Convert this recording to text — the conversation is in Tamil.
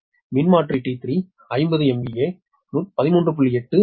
மின்மாற்றி T3 50 MVA 13